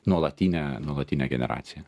nuolatinę nuolatinę generaciją